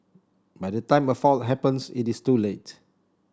by the time a fault happens it is too late